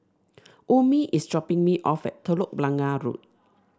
Omie is dropping me off at Telok Blangah Road